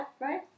right